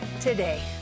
today